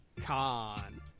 Con